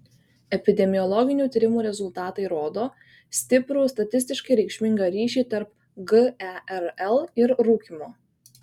epidemiologinių tyrimų rezultatai rodo stiprų statistiškai reikšmingą ryšį tarp gerl ir rūkymo